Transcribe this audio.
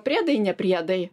priedai ne priedai